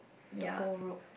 to go rogue